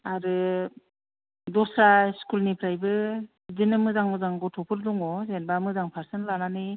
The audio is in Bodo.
आरो दस्रा स्कुलनिफ्रायबो बिदिनो मोजां मोजां गथ'फोर दङ जेन'बा मोजां पारसेन्ट लानानै